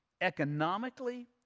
Economically